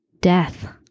death